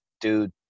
dude